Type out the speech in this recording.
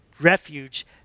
refuge